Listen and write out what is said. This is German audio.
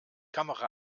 kamera